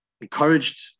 encouraged